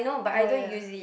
oh ya